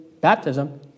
baptism